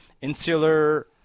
insular